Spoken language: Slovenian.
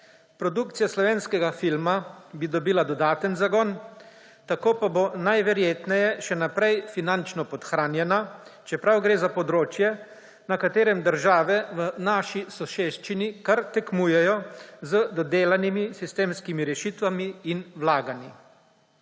Produkcija slovenskega filma bi dobila dodaten zagon, tako pa bo najverjetneje še naprej finančno podhranjena, čeprav gre za področje, na katerem države v naši soseščini kar tekmujejo z dodelanimi sistemskimi rešitvami in vlaganji,